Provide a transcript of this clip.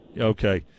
Okay